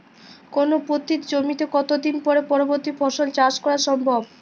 কোনো পতিত জমিতে কত দিন পরে পরবর্তী ফসল চাষ করা সম্ভব?